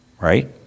right